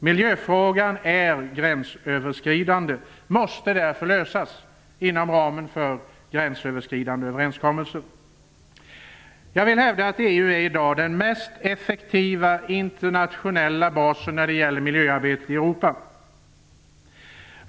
Miljöfrågan är gränsöverskridande och måste därför lösas inom ramen för gränsöverskridande överenskommelser. Jag vill hävda att EU är den mest effektiva internationella basen för miljöarbetet i Europa.